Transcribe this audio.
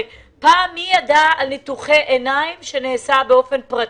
פעם מי ידע על ניתוחי עיניים שנעשו באופן פרטי.